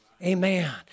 Amen